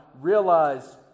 realize